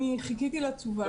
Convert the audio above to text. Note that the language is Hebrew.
חיכיתי לשאלה הזאת.